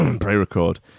pre-record